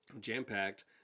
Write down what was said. jam-packed